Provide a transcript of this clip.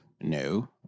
No